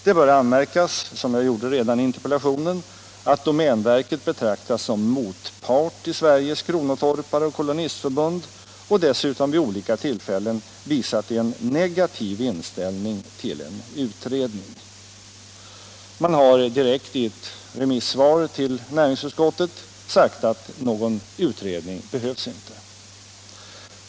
Det bör anmärkas — som jag gjorde redan i interpellationen — att domänverket betraktas som motpart till Sveriges kronotorpareoch kolonistförbund och dessutom vid olika tillfällen visat en negativ inställning till en utredning. Man har direkt i remissvar till näringsutskottet sagt att någon utredning behövs inte.